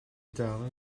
dal